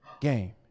game